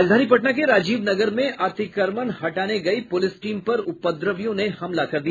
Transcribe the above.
राजधानी पटना के राजीव नगर में अतिक्रमण हटाने गई प्रलिस टीम पर उपद्रवियों ने हमला कर दिया